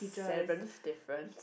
seventh different